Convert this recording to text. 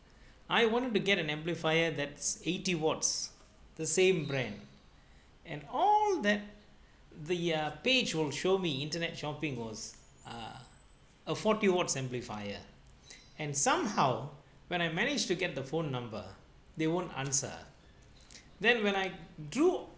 I wanted to get an amplifier that's eighty watts the same brand and all that the ah page will show me internet shopping was ah a forty watts amplifier and somehow when I managed to get the phone number they won't answer then when I drew